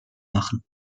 machen